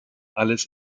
alles